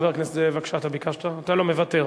חבר הכנסת זאב, בבקשה, אתה ביקשת, אתה לא, מוותר.